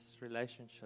relationship